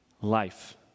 Life